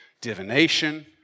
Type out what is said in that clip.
divination